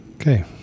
Okay